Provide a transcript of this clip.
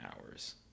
hours